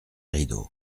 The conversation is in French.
rideaux